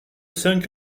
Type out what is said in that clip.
cinq